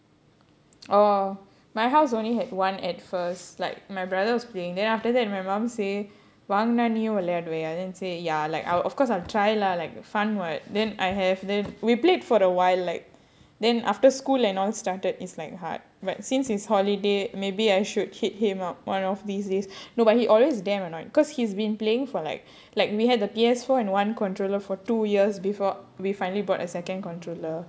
orh my house only had one at first like my brother was playing then after that my mum வாங்குனா நீயும் விளயாடுவியே:vaangunaa neeyum vilayaaduviyae then say ya like I'll of course I'll try lah like fun what then I have then we played for a while like then after school and all started it's like hard but since it's holiday maybe I should hit him up one of these days no but he always damn annoying because he's been playing for like like we had the P_S four and one controller for two years before we finally bought a second controller